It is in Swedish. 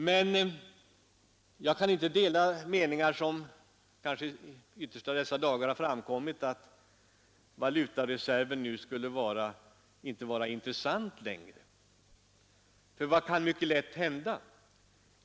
Men jag kan inte dela den meningen som i de yttersta av dessa dagar har skymtat, att valutareserven nu inte skulle vara intressant längre. För vad kan mycket lätt hända?